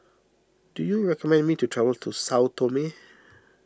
do you recommend me to travel to Sao Tome